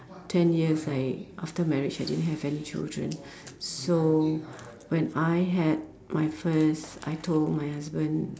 ten years I after marriage I didn't have any children so when I had my first I told my husband